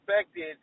expected